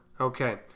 Okay